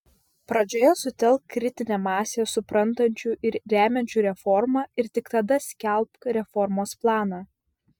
pradžioje sutelk kritinę masę suprantančių ir remiančių reformą ir tik tada skelbk reformos planą